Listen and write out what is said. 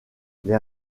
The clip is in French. les